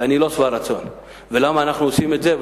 ואני לא שבע רצון ולמה אנחנו עושים את זה,